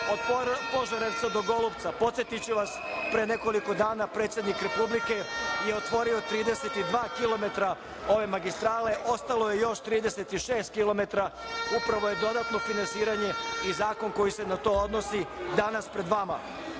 od Požarevca do Golupca. Podsetiću vas, pre nekoliko dana predsednik Republike je otvorio 32 kilometra ove magistrale, ostalo je još 36 kilometra. Upravo je dodatno finansiranje i zakon koji se na to odnosi danas pred vama. Ono